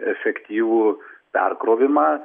efektyvų perkrovimą